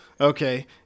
Okay